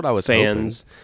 fans